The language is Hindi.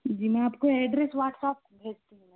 जी मैं आपको एड्रेस व्हाट्सएप पर भेजती हूँ मैडम